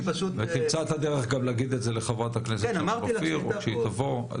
ותמצא את הדרך גם להגיד את זה לחברת הכנסת אופיר כשהיא תבוא.